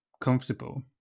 comfortable